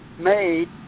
made